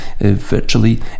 virtually